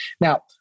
Now